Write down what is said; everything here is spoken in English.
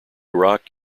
rock